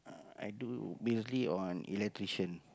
uh i do mainly on electrician